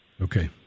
Okay